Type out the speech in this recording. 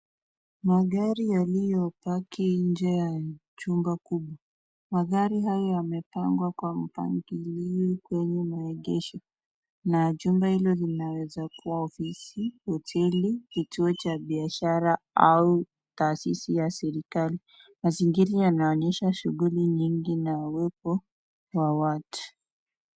Magari yaliyopaki nje ya chumba kubwa. Magari haya yamepangwa kwa mpangilio kwenye maegesho na jumba hilo linaweza kuwa ofisi, hoteli, kituo cha biashara au taasisi ya serikali. Mazingira yanaonyesha shughuli nyingi na uwepo wa watu.